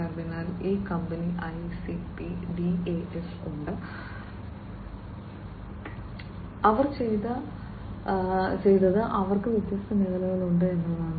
അതിനാൽ ഈ company ICP DAS ഉണ്ട് അവർ ചെയ്തത് അവർക്ക് വ്യത്യസ്ത മേഖലകളുണ്ട് എന്നതാണ്